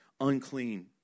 unclean